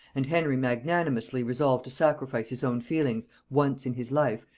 and henry magnanimously resolved to sacrifice his own feelings, once in his life,